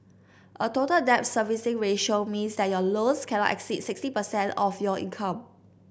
a Total Debt Servicing Ratio means that your loans cannot exceed sixty per cent of your income